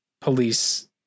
police